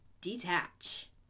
detach